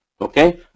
okay